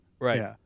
right